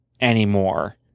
anymore